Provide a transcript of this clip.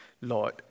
Lord